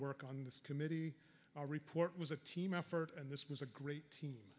work on this committee report was a team effort and this was a great team